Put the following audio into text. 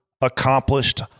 accomplished